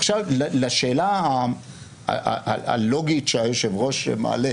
עכשיו, לשאלה הלוגית שהיושב-ראש מעלה.